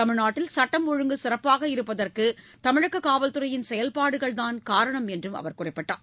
தமிழ்நாட்டில் சுட்டம் ஒழுங்கு சிறப்பாக இருப்பதற்கு தமிழக காவல்துறையின் செயல்பாடுகள் தான் காரணம் என்றும் அவர் குறிப்பிட்டார்